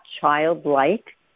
childlike